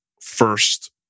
first